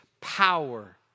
power